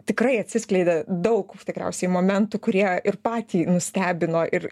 tikrai atsiskleidė daug tikriausiai momentų kurie ir patį nustebino ir